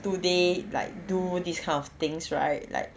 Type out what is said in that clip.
today like do this kind of things right like